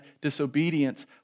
disobedience